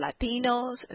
Latinos